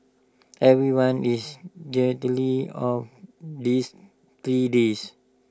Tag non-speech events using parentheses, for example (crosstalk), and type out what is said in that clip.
everyone is (unintelligible) of this three days